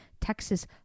Texas